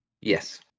Yes